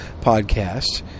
podcast